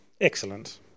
Excellent